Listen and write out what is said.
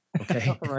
Okay